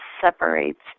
separates